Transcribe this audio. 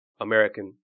American